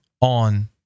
on